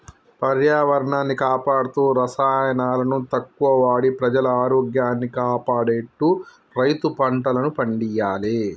పర్యావరణాన్ని కాపాడుతూ రసాయనాలను తక్కువ వాడి ప్రజల ఆరోగ్యాన్ని కాపాడేట్టు రైతు పంటలను పండియ్యాలే